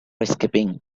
escaping